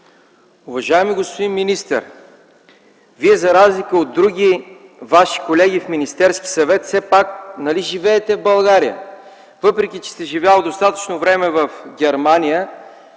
Уважаеми господин министър, за разлика от други ваши колеги в Министерския съвет, Вие все пак нали живеете в България? Въпреки че сте живял достатъчно време в Германия,